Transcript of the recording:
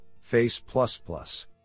Face